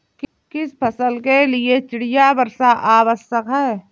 किस फसल के लिए चिड़िया वर्षा आवश्यक है?